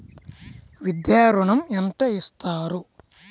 విద్యా ఋణం ఎంత ఇస్తారు?